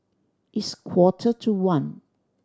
its quarter to one